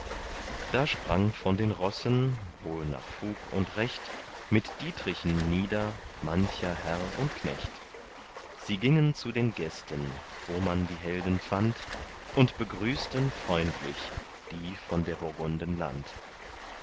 da sprang von den rossen wohl nach fug und recht mit dietrichen nieder mancher herr und knecht sie gingen zu den gästen wo man die helden fand und begrüßten freundlich die von der burgunden land